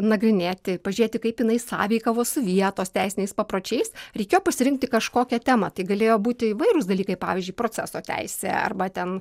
nagrinėti pažėti kaip jinai sąveikavo su vietos teisiniais papročiais reikėjo pasirinkti kažkokią temą tai galėjo būti įvairūs dalykai pavyzdžiui proceso teisė arba ten